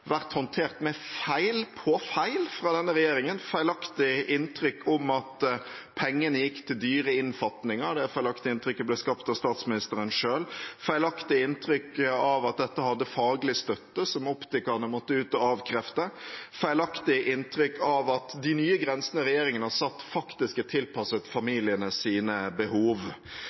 vært håndtert med feil på feil fra denne regjeringen – et feilaktig inntrykk av at pengene gikk til dyre innfatninger, det inntrykket ble skapt av statsministeren selv, et feilaktig inntrykk av at dette hadde faglig støtte, noe optikerne måtte ut og avkrefte, et feilaktig inntrykk av at de nye grensene regjeringen har satt, faktisk er tilpasset familienes behov.